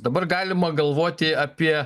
dabar galima galvoti apie